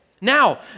Now